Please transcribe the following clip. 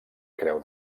creu